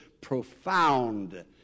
profound